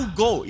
go